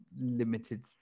limited